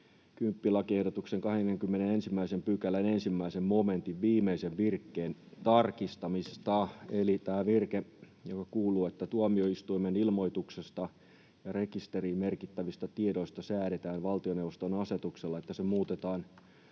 10 lakiehdotuksen 21 §:n 1 momentin viimeisen virkkeen tarkistamista. Eli tämä virke kuuluu, että ”Tuomioistuimen ilmoituksesta ja rekisteriin merkittävistä tiedoista säädetään valtioneuvoston asetuksella”, ja se muutetaan